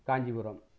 Kanchipuram